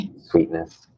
Sweetness